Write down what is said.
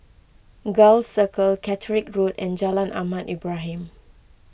Gul Circle Catterick Road and Jalan Ahmad Ibrahim